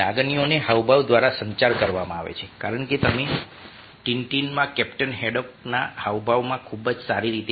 લાગણીઓને હાવભાવ દ્વારા સંચાર કરવામાં આવે છે કારણ કે તમે ટીનટીનમાં કેપ્ટન હેડોકના હાવભાવમાં ખૂબ જ સારી રીતે જોઈ શકો છો